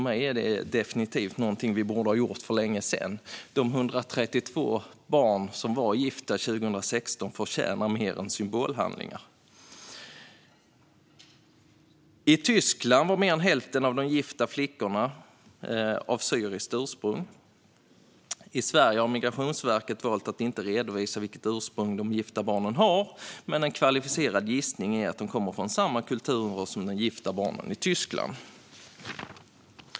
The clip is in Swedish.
Det är definitivt något vi borde ha gjort för länge sedan. De 132 barn som var gifta 2016 förtjänar mer än symbolhandlingar. I Tyskland var mer än hälften av de gifta flickorna av syriskt ursprung. I Sverige har Migrationsverket valt att inte redovisa de gifta barnens ursprung, men en kvalificerad gissning är att de kommer från samma kulturer som de gifta barnen i Tyskland.